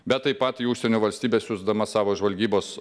bet taip pat į užsienio valstybę siųsdama savo žvalgybos